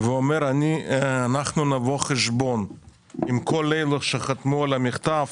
ואומר שהוא יבוא חשבון עם כל אלה שחתמו על המכתב,